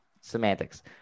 semantics